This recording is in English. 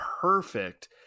perfect